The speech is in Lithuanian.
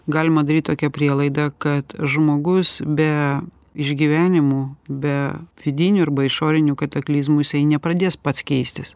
galima daryt tokią prielaidą kad žmogus be išgyvenimų be vidinių arba išorinių kataklizmų jisai nepradės pats keistis